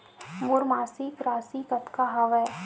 मोर मासिक राशि कतका हवय?